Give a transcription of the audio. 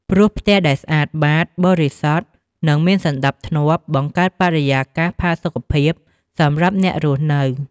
ព្រោះផ្ទះដែលស្អាតបាត បរិសុទ្ធ និងមានសណ្តាប់ធ្នាប់ បង្កើតបរិយាកាសផាសុកភាពសម្រាប់អ្នករស់នៅ ។